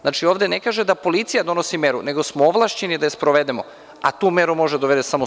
Znači, ovde ne kaže da policija donosi meru, nego smo ovlašćeni da je sprovedemo, a tu meru može da dovede samo sud.